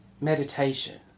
meditation